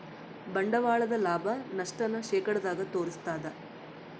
ಬಂಡವಾಳದ ಲಾಭ, ನಷ್ಟ ನ ಶೇಕಡದಾಗ ತೋರಿಸ್ತಾದ